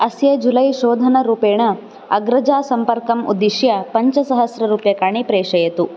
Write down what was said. अस्य जूलै शोधनरूपेण अग्रजा सम्पर्कम् उद्दिश्य पञ्चसहस्ररूप्यकानि प्रेषयतु